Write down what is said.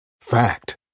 Fact